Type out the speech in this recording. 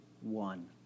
one